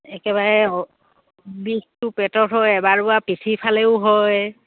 একেবাৰে বিষটো পেটত হয় এবাৰ দুবাৰ পিঠিফালেও হয়